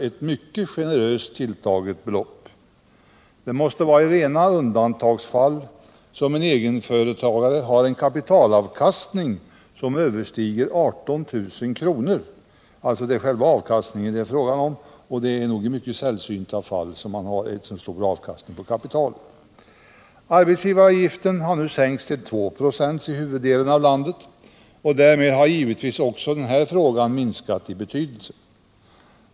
ett mycket generöst tilltaget belopp. Det måste vara i rena undantagsfall som en egenföretagare har en kapitalavkastning som överstiger 18 000 kr. — det är således själva avkastningen det här är fråga om, och det är nog i mycket sällsynta fall man har en sådan stor avkastningen på kapitalet. | Arbetsgivaravgiften har nu sänkts till 2 26 i huvuddelen av landet, och därmed har givetvis också den här frågan minskat i betydelse.